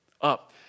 up